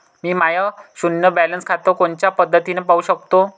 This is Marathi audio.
मी माय शुन्य बॅलन्स खातं कोनच्या पद्धतीनं पाहू शकतो?